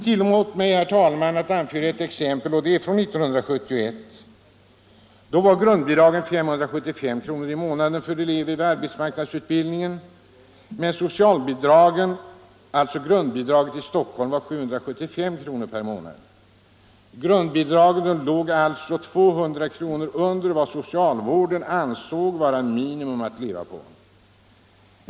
Tillåt mig, herr talman, att anföra ett exempel från 1971. Då var grundbidraget 575 kr. i månaden för elever vid arbetsmarknadsutbildningen, men socialbidraget — alltså grundbidraget — i Stockholm var 775 kr. per månad. Grundbidraget låg alltså 200 kr. under vad socialvården ansåg vara minimum att leva på.